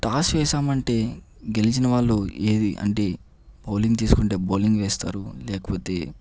toss వేసామంటే గెలిచిన వాళ్ళు ఏది అంటే బౌలింగ్ తీసుకుంటే బౌలింగ్ వేస్తారు లేకపోతే